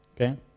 Okay